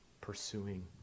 pursuing